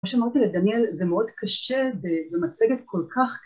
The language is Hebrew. מה שאמרתי לדניאל, זה מאוד קשה במצגת כל כך...